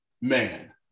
man